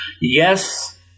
yes